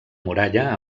muralla